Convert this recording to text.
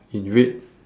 in red